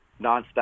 nonstop